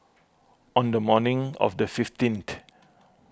on the morning of the fifteenth